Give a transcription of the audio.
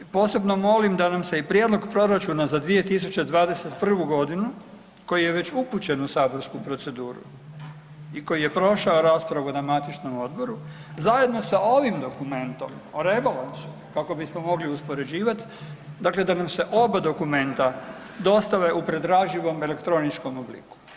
Posebno molim da nam se i prijedlog proračuna za 2021. godinu koji je već upućen u saborsku proceduru i koji je prošao raspravu na matičnom odboru zajedno sa ovim dokumentom o rebalansu kako bismo mogli uspoređivati, dakle da nam se oba dokumenta dostave u pretraživom elektroničkom obliku.